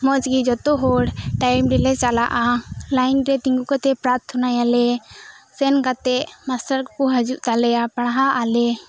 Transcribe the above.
ᱢᱚᱸᱡᱽ ᱜᱮ ᱡᱚᱛᱚ ᱦᱚᱲ ᱴᱟᱭᱤᱢ ᱨᱮᱞᱮ ᱪᱟᱞᱟᱜᱼᱟ ᱞᱟᱹᱭᱤᱱ ᱨᱮ ᱛᱤᱸᱜᱩ ᱠᱟᱛᱮᱫ ᱯᱨᱟᱨᱛᱷᱚᱱᱟᱭᱟᱞᱮ ᱥᱮᱱ ᱠᱟᱛᱮᱫ ᱢᱟᱥᱴᱟᱨ ᱠᱚ ᱦᱤᱡᱩᱜ ᱛᱟᱞᱮᱭᱟ ᱯᱟᱲᱦᱟᱜ ᱟᱞᱮ